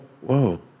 whoa